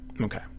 Okay